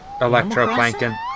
Electroplankton